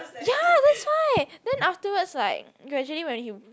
ya that's why then afterwards like gradually when he